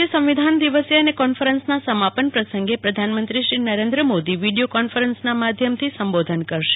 આજે સંવિધાન દિવસે અને કોન્ફરન્સના સમાપન પ્રસંગે પ્રધાનમંત્રી નરેન્દ્ર મોદી વિડિયો કોન્ફરન્સના માધ્યમથી સંબોધન કરશે